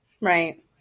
Right